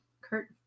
Kurt